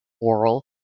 oral